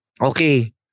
okay